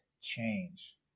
change